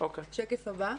שקף הבא.